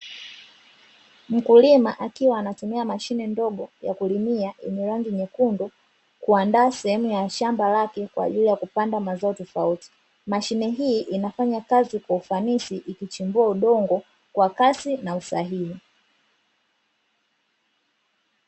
Mkulima akiwa anatumia mashine ndogo ya kulimia yenye rangi nyekundu, kuandaa sehemu shamba lake kwa ajili ya kupanda mazao tofauti. Mashine hii inafanya kazi kwa ufanisi, ikichimbua udongo kwa kasi na usahihi.